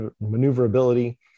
maneuverability